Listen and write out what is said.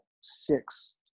six